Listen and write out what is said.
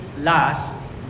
last